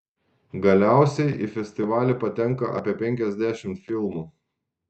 galiausiai į festivalį patenka apie penkiasdešimt filmų